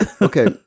okay